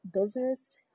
business